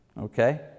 okay